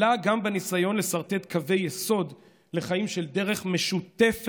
אלא גם בניסיון לסרטט קווי יסוד לחיים של דרך משותפת,